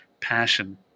passion